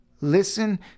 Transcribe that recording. listen